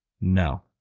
No